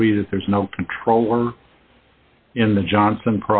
agree that there's no control or in the johnson